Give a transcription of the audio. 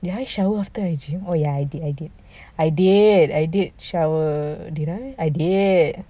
did I shower after I gym oh ya I did I did I did shower did I I did